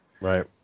Right